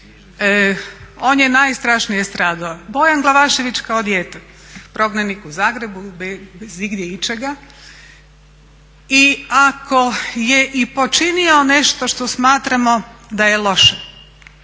on je najstrašnije stradao. Bojan Glavašević kao dijete prognanik u Zagrebu bez igdje ičega i ako je i počinio nešto što smatramo da je loše